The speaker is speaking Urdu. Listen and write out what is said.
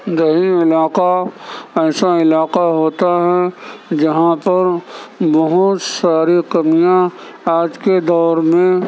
دیہی علاقہ ایسا علاقہ ہوتا ہے جہاں پر بہت ساری کمیاں آج کے دور میں